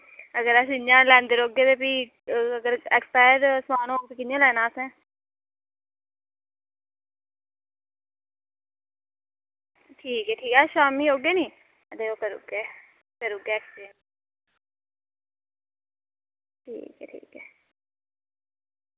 अगर अस इ'यां लैंदे रौह्गे ते भी ते अगर ऐक्सपायर समान होग ते कि'यां लैना असें ठीक ऐ ठीक ऐ अस शामीं औगे नी ते ओह् करी ओड़गे करी ओड़गे ऐक्सचेंज ठीक ऐ ठीक ऐ